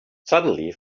suddenly